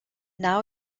now